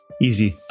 Easy